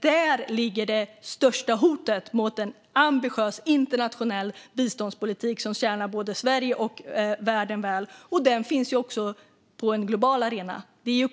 Däri ligger det största hotet mot en ambitiös internationell biståndspolitik som tjänar både Sverige och världen väl. Detta finns också på en global arena.